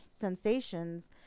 sensations